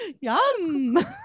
Yum